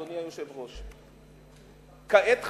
אדוני היושב-ראש: כעת חיה,